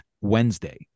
Wednesday